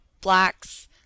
blacks